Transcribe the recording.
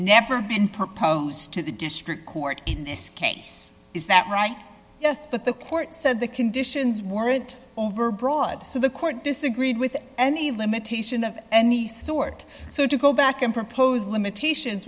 never been proposed to the district court in this case is that right yes but the court said the conditions weren't overbroad so the court disagreed with any limitation of any sort so to go back and propose limitations